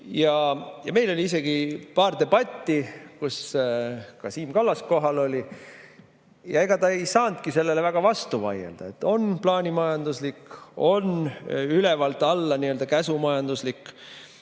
Meil oli isegi paar debatti, kus ka Siim Kallas oli kohal. Ja ega ta ei saanudki sellele väga vastu vaielda, et on plaanimajanduslik, on ülevalt alla käsumajanduslik,